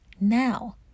now